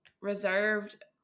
reserved